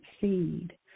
seed